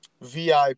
VIP